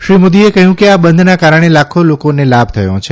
શ્રી મોદીએ કહ્યું કે આ બંધના કારણે લાખો લોકોને લાભ થયો છે